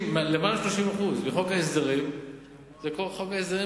למעלה מ-30% מחוק ההסדרים זה כל חוק ההסדרים